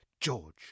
George